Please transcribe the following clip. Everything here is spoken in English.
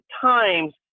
times